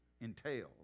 entails